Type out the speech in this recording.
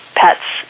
pets